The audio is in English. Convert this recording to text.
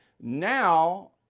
now